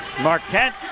Marquette